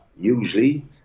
usually